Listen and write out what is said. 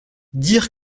dire